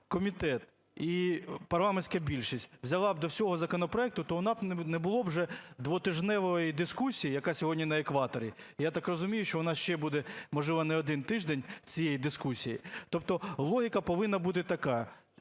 комітет і парламентська більшість взяла до всього законопроекту, то у нас би не було вже двотижневої дискусії, яка сьогодні на екваторі. Я так розумію, що у нас ще буде, можливо, не один тиждень цієї дискусії. Тобто логіка повинна бути така: